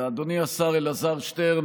אדוני השר אלעזר שטרן,